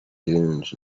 dunes